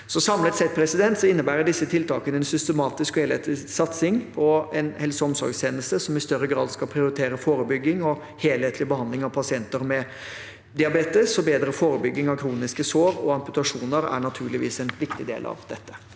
Samlet sett innebærer disse tiltakene en systematisk og helhetlig satsing på en helse- og omsorgstjeneste som i større grad skal prioritere forebygging og helhetlig behandling av pasienter med diabetes. Bedre forebygging av kroniske sår og amputasjoner er naturligvis en viktig del av dette.